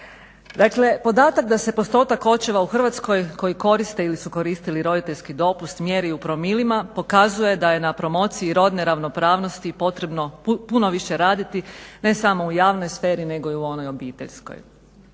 Dakle, podatak da se postotak očeva u Hrvatskoj koji koriste ili su koristili roditeljski dopust mjeri u promilima, pokazuje da je na promociji rodne ravnopravnosti potrebno puno više raditi ne samo u javnoj sferi nego i u onoj obiteljskoj.